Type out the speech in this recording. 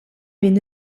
min